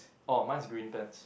oh mine is green pants